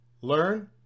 learn